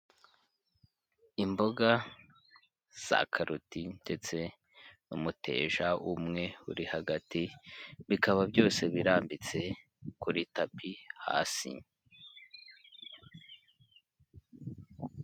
Imboga za karoti ndetse n'umutesha umwe uri hagati, bikaba byose birambitse kuri tapi hasi.